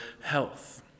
health